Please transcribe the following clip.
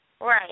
Right